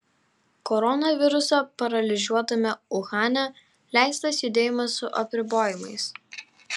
koronaviruso paralyžiuotame uhane leistas judėjimas su apribojimais